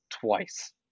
twice